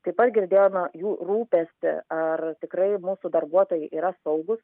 taip pat girdėjome jų rūpestį ar tikrai mūsų darbuotojai yra saugūs